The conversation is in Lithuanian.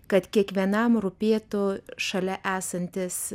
kad kiekvienam rūpėtų šalia esantis